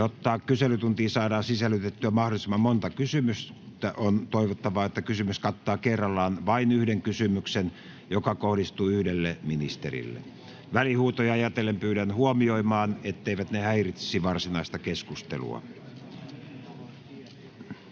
Jotta kyselytuntiin saadaan sisällytettyä mahdollisimman monta kysymystä, on toivottavaa, että kysymys kattaa kerrallaan vain yhden kysymyksen, joka kohdistuu yhdelle ministerille. Välihuutoja ajatellen pyydän huomioimaan, etteivät ne häiritsisi varsinaista keskustelua.